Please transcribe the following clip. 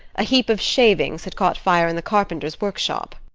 a heap of shavings had caught fire in the carpenter's workshop.